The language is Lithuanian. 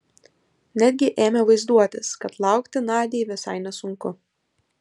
netgi ėmė vaizduotis kad laukti nadiai visai nesunku